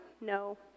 No